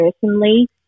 personally